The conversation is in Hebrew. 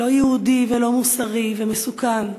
לא יהודי ולא מוסרי ומסוכן.